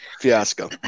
fiasco